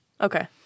Okay